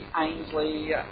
Ainsley